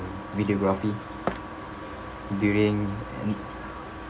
videography during any